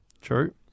True